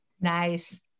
nice